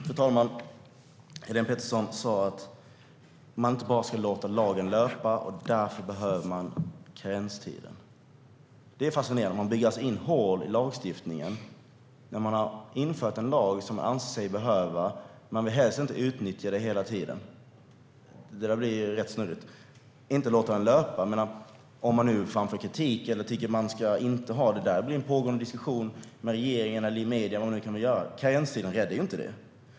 Fru talman! Helene Petersson sa att man inte bara ska låta lagen löpa och att man därför behöver karenstiden. Det är fascinerande. Man bygger alltså in hål i lagstiftningen. Man har infört en lag som man anser sig behöva, men man vill helst inte utnyttja den hela tiden. Det blir rätt snurrigt. Man vill inte låta lagen löpa, men om någon framför kritik eller om det pågår en diskussion med regeringen eller i medierna om vad man ska göra räddar inte karenstiden detta.